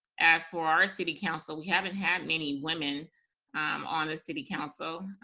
as for our city council, we haven't had many women on the city council.